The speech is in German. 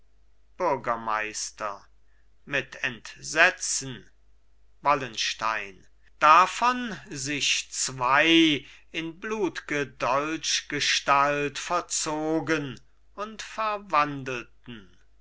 bürgermeister mit entsetzen wallenstein davon sich zwei in blutge dolchgestalt verzogen und verwandelten